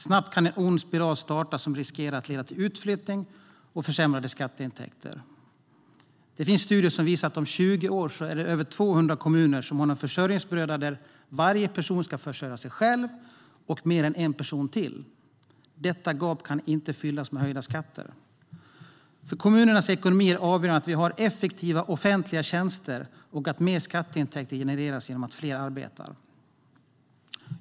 Snabbt kan en ond spiral starta som riskerar att leda till utflyttning och försämrade skatteintäkter. Det finns studier som visar att det om 20 år kommer att vara över 200 kommuner som har en försörjningsbörda där varje person ska försörja sig själv och mer än en person till. Detta gap kan inte fyllas med höjda skatter. För kommunernas ekonomi är det avgörande att vi har effektiva offentliga tjänster och att mer skatteintäkter genereras genom att fler arbetar.